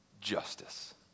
justice